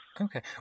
Okay